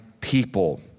people